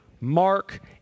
Mark